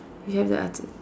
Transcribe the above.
do you have the artist